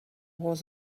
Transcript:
was